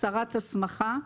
הסרת הסמכה,